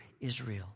Israel